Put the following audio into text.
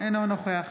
אינו נוכח